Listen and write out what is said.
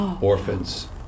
Orphans